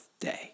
day